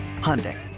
Hyundai